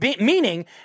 Meaning